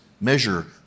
measure